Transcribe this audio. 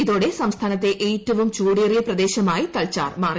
ഇതോടെ സംസ്ഥാനത്തെ ഏറ്റവും ചൂടേറിയ പ്രദേശമായി തൽച്ചാർ മാറി